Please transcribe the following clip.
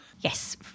Yes